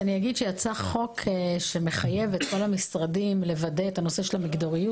אני אגיד שיצא חוק שמחייב את כל המשרדים לוודא את הנושא של המגדריות.